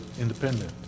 independent